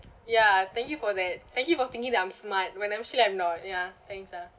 ya thank you for that thank you for thinking that I'm smart when actually I'm not ya thanks ah